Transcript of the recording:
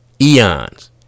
eons